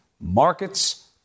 Markets